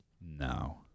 No